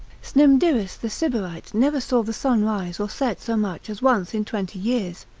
snymdiris the sybarite never saw the sun rise or set so much as once in twenty years.